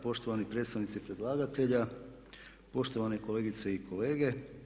Poštovani predstavnici predlagatelja, poštovane kolegice i kolege.